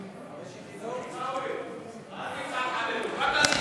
רק אל תצעק עלינו.